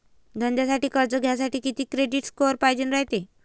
धंद्यासाठी कर्ज घ्यासाठी कितीक क्रेडिट स्कोर पायजेन रायते?